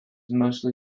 mostly